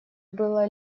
было